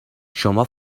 شما